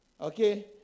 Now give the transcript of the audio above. Okay